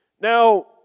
Now